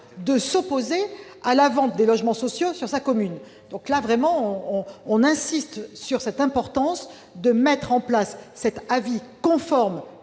de s'opposer à la vente des logements sociaux sur sa commune. Si nous insistons sur l'importance de mettre en place cet avis conforme